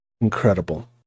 Incredible